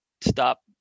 stop